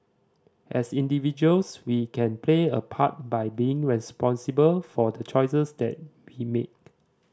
as individuals we can play a part by being responsible for the choices that we make